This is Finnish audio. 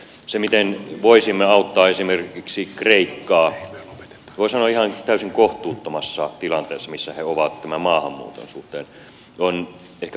se miten voisimme auttaa esimerkiksi kreikkaa voi sanoa ihan täysin kohtuuttomassa tilanteessa missä he ovat tämän maahanmuuton suhteen on ehkä muut toimet